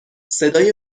صدای